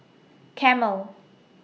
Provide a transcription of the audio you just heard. Camel